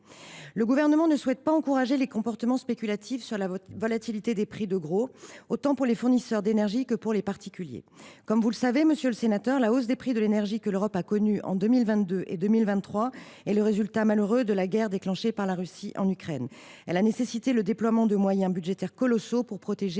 Le Gouvernement ne souhaite pas encourager les comportements spéculatifs sur la volatilité des prix de gros, autant pour les fournisseurs d’énergie que pour les particuliers. Comme vous le savez, la hausse des prix de l’énergie que l’Europe a connue en 2022 et 2023 est le résultat malheureux de la guerre déclenchée par la Russie en Ukraine. Elle a nécessité le déploiement de moyens budgétaires colossaux pour protéger